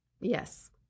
Yes